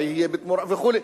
מה יהיה בתמורה וכו'.